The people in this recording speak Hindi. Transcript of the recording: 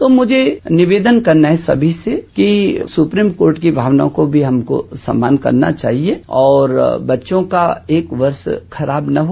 तो मुझे निवेदन करना है सभी से कि सुप्रीम कोर्ट की भावनाओं को भी हमको सम्मान करना चाहिए और बच्चों का एक वर्ष खराब न हो